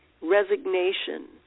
resignation